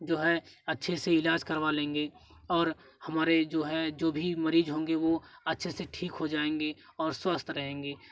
जो है अच्छे से इलाज करवा लेंगे और हमारे जो है जो भी मरीज होंगे वो अच्छे से ठीक हो जाएँगे और स्वस्थ रहेंगे